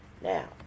Now